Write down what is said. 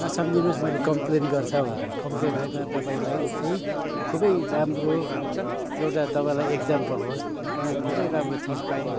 नसम्झिनुहोस् मैले कम्प्लेन गर्छ भनेर कम्प्लेन होइन तपाईँलाई चाहिँ खुबै राम्रो एउटा तपाईँलाई एक्जाम्पल होस् तपाईँ खुबै राम्रो चिज पाएँ